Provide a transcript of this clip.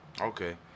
Okay